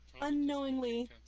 unknowingly